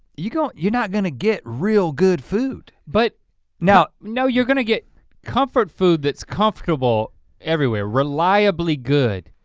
you know you're not gonna get real good food. but now no you're gonna get comfort food that's comfortable everywhere, reliably good.